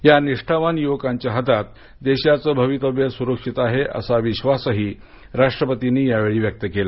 या निष्ठावान युवकांच्या हातात देशाचं भवितव्य सुरक्षित आहे असा विश्वासही राष्ट्रपतींनी यावेळी व्यक्त केला